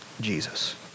Jesus